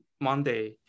Monday